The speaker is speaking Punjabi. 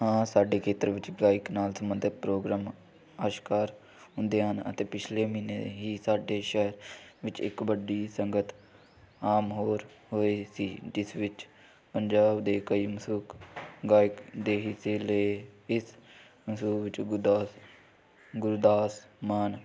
ਹਾਂ ਸਾਡੇ ਖੇਤਰ ਵਿੱਚ ਗਾਇਕ ਨਾਲ ਸੰਬੰਧਿਤ ਪ੍ਰੋਗਰਾਮ ਆਸ਼ਕਾਰ ਹੁੰਦੇ ਹਨ ਅਤੇ ਪਿਛਲੇ ਮਹੀਨੇ ਹੀ ਸਾਡੇ ਸ਼ਹਿਰ ਵਿੱਚ ਇੱਕ ਵੱਡੀ ਸੰਗਤ ਆਮ ਹੋਰ ਹੋਏ ਸੀ ਜਿਸ ਵਿੱਚ ਪੰਜਾਬ ਦੇ ਕਈ ਮਸ਼ਹੂਰ ਗਾਇਕ ਦੇ ਹਿੱਸੇ ਲਏ ਇਸ ਵਿੱਚ ਗੁਰਦਾਸ ਗੁਰਦਾਸ ਮਾਨ